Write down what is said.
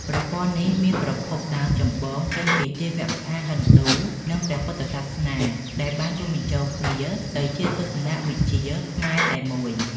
ប្រព័ន្ធនេះមានប្រភពដើមចម្បងចេញពីទេវកថាហិណ្ឌូនិងព្រះពុទ្ធសាសនាដែលបានរួមបញ្ចូលគ្នាទៅជាទស្សនៈវិជ្ជាខ្មែរតែមួយ។